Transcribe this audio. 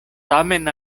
tamen